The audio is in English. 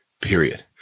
period